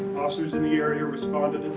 officers in the area responded.